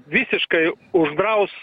visiškai uždraus